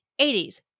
80s